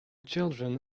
children